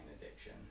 addiction